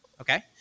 okay